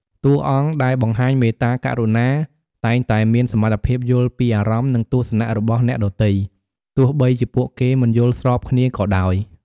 តួអង្គដែលបង្ហាញមេត្តាករុណា តែងតែមានសមត្ថភាពយល់ពីអារម្មណ៍ និងទស្សនៈរបស់អ្នកដទៃ ទោះបីជាពួកគេមិនយល់ស្របគ្នាក៏ដោយ។